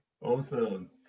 Awesome